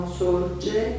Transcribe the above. sorge